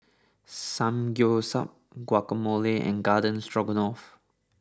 Samgeyopsal Guacamole and Garden Stroganoff